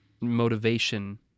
motivation